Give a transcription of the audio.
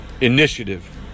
initiative